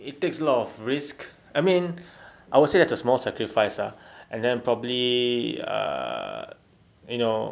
it takes a lot of risk I mean I would say there's a small sacrifice ah and then probably err you know